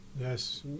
yes